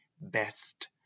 best